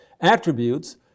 attributes